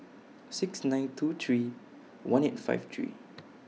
six nine two three one eight five three